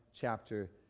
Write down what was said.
chapter